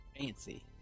fancy